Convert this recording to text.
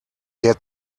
der